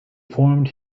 formed